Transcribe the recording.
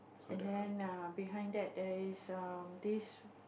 and then err behind that there's um this